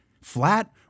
flat